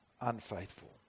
unfaithful